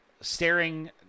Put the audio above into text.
staring